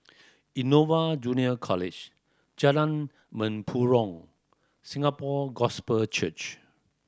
Innova Junior College Jalan Mempurong Singapore Gospel Church